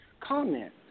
comment